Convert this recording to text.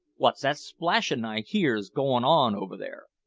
wot's that splashin' i hears goin' on over there?